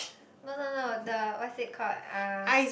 no no no the what's it called uh